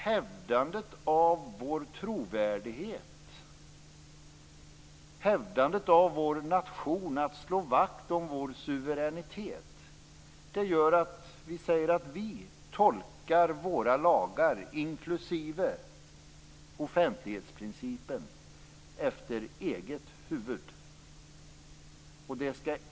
Hävdandet av vår trovärdighet, av vår nation, vaktslåendet om vår suveränitet, gör att vi säger att vi tolkar våra lagar inklusive offentlighetsprincipen efter eget huvud.